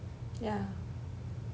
ya